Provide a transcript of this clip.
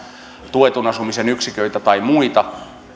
tuetun asumisen yksiköitä tai muita